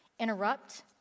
Interrupt